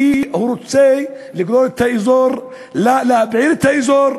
כי הוא רוצה לגרור את האזור, להבעיר את האזור.